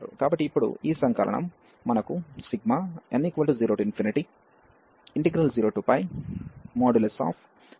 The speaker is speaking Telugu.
కాబట్టి ఇప్పుడు ఈ సంకలనం మనకు n00 1nsin y nπydy కలిగి ఉంది